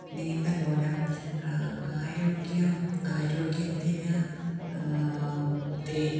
നീന്തൽ മൂലം ആരോഗ്യം ആരോഗ്യത്തിന് ഒത്തിരി